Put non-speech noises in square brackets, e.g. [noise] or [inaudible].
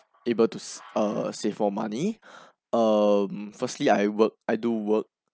able to [noise] err save for money [breath] um firstly I work I do work